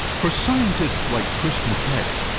for scientists like chris mckay,